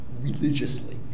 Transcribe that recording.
religiously